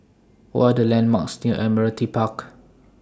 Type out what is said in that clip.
What Are The landmarks near Admiralty Park